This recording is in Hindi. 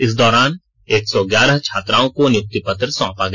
इस दौरान एक सौ ग्यारह छात्राओं को नियुक्ति पत्र सौंपा गया